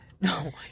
No